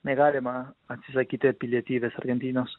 negalima atsisakyti pilietybės argentinos